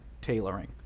tailoring